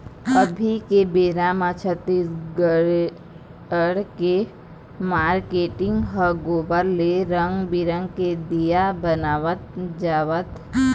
अभी के बेरा म छत्तीसगढ़ के मारकेटिंग ह गोबर ले रंग बिंरग के दीया बनवात जावत हे